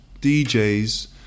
djs